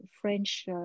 French